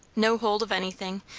no hold of anything,